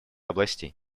областей